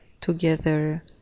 together